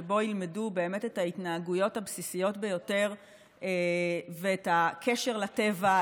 שבו ילמדו באמת את ההתנהגויות הבסיסיות ביותר ואת הקשר לטבע,